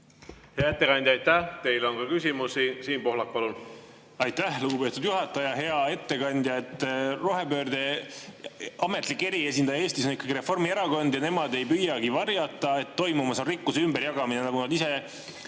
Hea ettekandja, aitäh! Teile on ka küsimusi. Siim Pohlak, palun! Aitäh, lugupeetud juhataja! Hea ettekandja! Rohepöörde ametlik eriesindaja Eestis on ikkagi Reformierakond ja nemad ei püüagi varjata, et toimumas on rikkuse ümberjagamine. Nagu nad ise